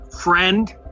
friend